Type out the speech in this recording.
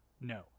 No